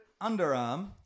underarm